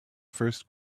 first